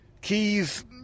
Keys